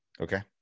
Okay